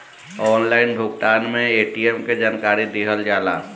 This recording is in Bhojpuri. ऑनलाइन भुगतान में ए.टी.एम के जानकारी दिहल जाला?